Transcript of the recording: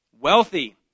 wealthy